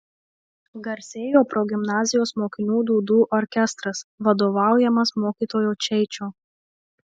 garsėjo progimnazijos mokinių dūdų orkestras vadovaujamas mokytojo čeičio